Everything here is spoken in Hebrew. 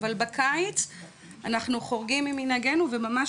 אבל בקיץ אנחנו חורגים ממנהגנו וממש